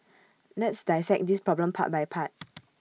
let's dissect this problem part by part